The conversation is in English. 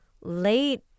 late